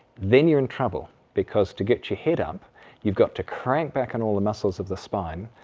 then you're in trouble because to get your head up you've got to crank back on all the muscles of the spine,